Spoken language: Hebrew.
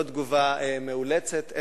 לא תגובה מאולצת,